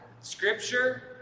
Scripture